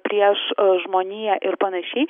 prieš žmoniją ir panašiai